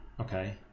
okay